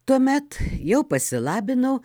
tuomet jau pasilabinau